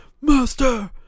Master